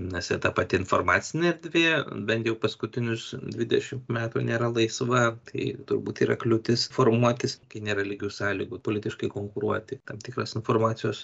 nes ir ta pati informacinė erdvė bent jau paskutinius dvidešimt metų nėra laisva tai turbūt yra kliūtis formuotis kai nėra lygių sąlygų politiškai konkuruoti tam tikras informacijos